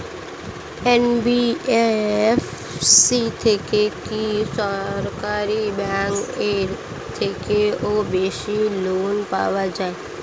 NBFC থেকে কি সরকারি ব্যাংক এর থেকেও বেশি লোন পাওয়া যায়?